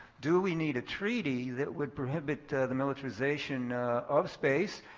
do we need a treaty that would prohibit the militarization of space,